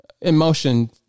emotion